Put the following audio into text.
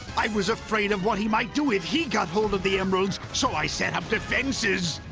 i was afraid of what he might do if he got hold of the emeralds. so i set up defenses,